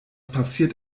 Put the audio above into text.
passiert